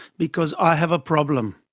because i have a problem.